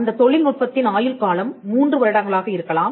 அந்தத் தொழில்நுட்பத்தின் ஆயுள்காலம் மூன்று வருடங்களாக இருக்கலாம்